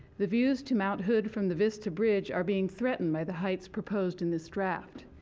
the views to mount hood from the vista bridge are being threatened by the heights proposed in this draft.